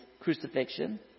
crucifixion